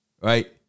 right